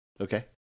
okay